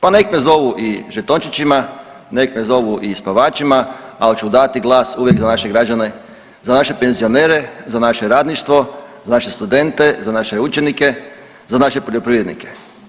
Pa nek me zovu i žetončićima, nek me zovu i spavačima, ali ću dati glas uvijek za naše građane, za naše penzionere, za naše radništvo, za naše studente, za naše učenike, za naše poljoprivrednike.